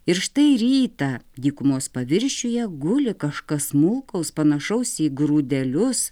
ir štai rytą dykumos paviršiuje guli kažkas smulkaus panašaus į grūdelius